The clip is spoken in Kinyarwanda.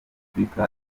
afurika